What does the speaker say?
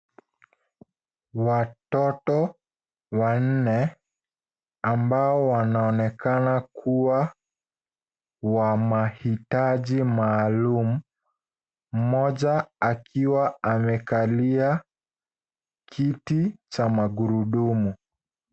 Watoto wanne ambao wanaonekana kuwa wa mahitaji maalum, mmoja akiwa amekalia kiti cha magurudumu.